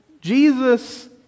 Jesus